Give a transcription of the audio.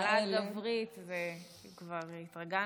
ממשלה גברית, כבר התרגלנו.